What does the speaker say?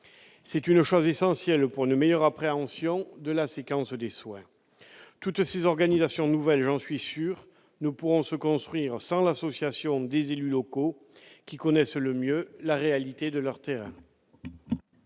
C'est essentiel pour mieux appréhender la séquence des soins. Toutes ces organisations nouvelles, j'en suis sûr, ne pourront se construire sans l'association des élus locaux, qui connaissent le mieux la réalité de leur terrain.